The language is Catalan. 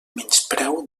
menyspreu